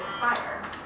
fire